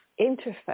interface